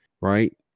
Right